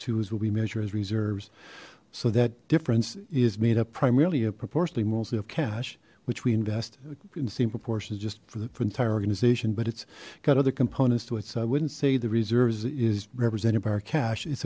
twos will be measure as reserves so that difference is made up primarily a proportionally mostly of cash which we invest in the same proportions just for the entire organization but it's got other components to it so i wouldn't say the reserves is represented by our cash it's